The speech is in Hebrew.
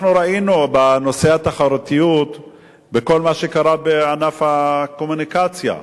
אנחנו ראינו בנושא התחרותיות את כל מה שקרה בענף הקומוניקציה,